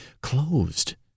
closed